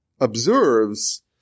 observes